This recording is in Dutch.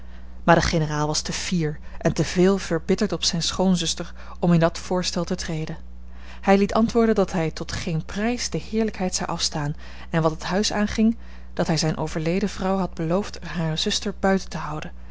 maar de generaal was te fier en te veel verbitterd op zijne schoonzuster om in dat voorstel te treden hij liet antwoorden dat hij tot geen prijs de heerlijkheid zou afstaan en wat het huis aanging dat hij zijne overledene vrouw had beloofd er hare zuster buiten te houden